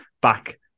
back